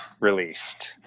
released